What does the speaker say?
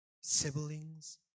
siblings